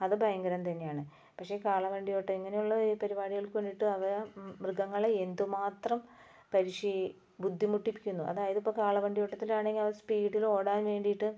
അത് ഭയങ്കരം തന്നെയാണ് പക്ഷേ കാളവണ്ടി ഓട്ടം ഇങ്ങനെയുള്ള പരിപാടികൾക്ക് വേണ്ടിയിട്ട് അവ മൃഗങ്ങളെ എന്തുമാത്രം പരിശീ ബുദ്ധിമുട്ടിപ്പിക്കുന്നു അതായത് ഇപ്പോൾ കാളവണ്ടി ഓട്ടത്തിൽ ആണെങ്കിൽ സ്പീഡിൽ ഓടാൻ വേണ്ടിയിട്ട്